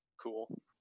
cool